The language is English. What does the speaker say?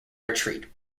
retreat